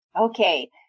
Okay